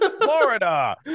Florida